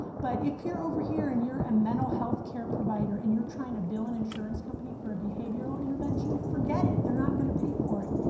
but if you're over here and you're a and mental health care provider, and you're trying to bill an insurance company for a behavioral intervention? forget it. they're not going to pay for it.